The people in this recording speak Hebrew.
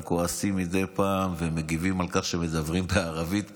כועסים מדי פעם ומגיבים על כך שמדברים בערבית פה.